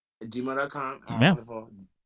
gmail.com